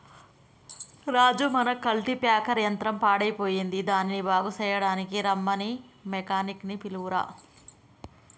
రాజు మన కల్టిప్యాకెర్ యంత్రం పాడయ్యిపోయింది దానిని బాగు సెయ్యడానికీ రమ్మని మెకానిక్ నీ పిలువురా